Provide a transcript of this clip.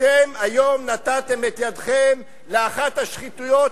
אתם היום נתתם את ידכם לאחת השחיתויות